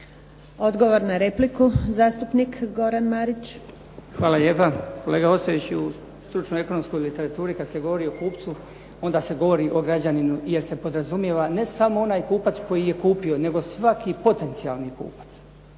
Odgovor na repliku zastupnik Goran Marić. **Marić, Goran (HDZ)** Hvala lijepa. Kolega Ostojiću, u stručnoj ekonomskoj literaturi kad se govori o kupcu onda se govori o građaninu jer se podrazumijeva ne samo onaj kupac koji je kupio nego svaki potencijalni kupac,